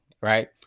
right